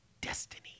Destiny